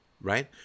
right